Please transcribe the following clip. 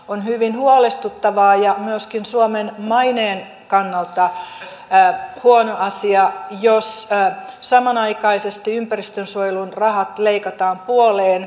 on hyvin huolestuttavaa ja myöskin suomen maineen kannalta huono asia jos samanaikaisesti ympäristönsuojelun rahat leikataan puoleen